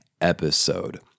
episode